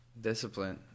Discipline